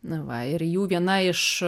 na ir va ir jų viena iš